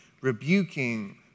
rebuking